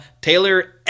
Taylor